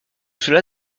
cela